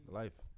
life